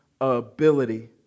ability